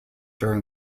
during